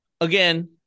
again